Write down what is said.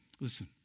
Listen